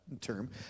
term